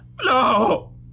No